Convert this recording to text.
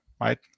right